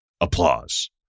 Applause